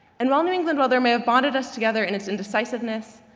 and while new england weather may have bonded us together in its indecisiveness,